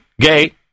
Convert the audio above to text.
Gay